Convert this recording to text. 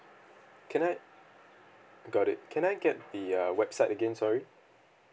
can I got it can I get the uh website again sorry